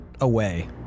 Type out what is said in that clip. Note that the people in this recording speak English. away